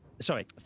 sorry